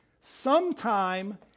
Sometime